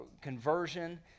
conversion